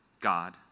God